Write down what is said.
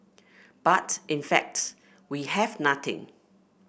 but in fact we have nothing